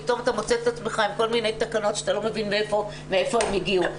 פתאום אתה מוצא את עצמך עם כל מיני תקנות שאתה לא מבין מאיפה הן הגיעו.